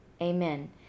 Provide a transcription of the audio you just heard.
Amen